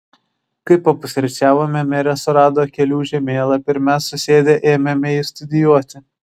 kai papusryčiavome merė surado kelių žemėlapį ir mes susėdę ėmėme jį studijuoti